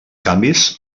canvis